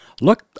Look